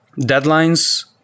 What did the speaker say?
deadlines